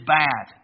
bad